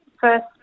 first